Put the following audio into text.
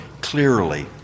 clearly